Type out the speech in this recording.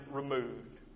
removed